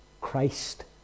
Christ